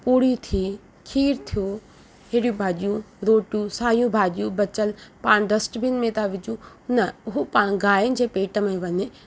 पूड़ी थी खीरु थियो हेड़ियूं भाॼियूं रोटियूं सायूं भाॼियूं बचियल पाण डस्टबिन में था विझूं हू न हू पाणु गांयुनि जे पेट में वञे